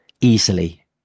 easily